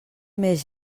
més